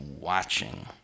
watching